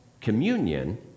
communion